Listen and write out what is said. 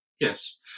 Yes